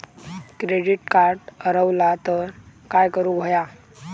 Credit card हरवला तर काय करुक होया?